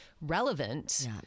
relevant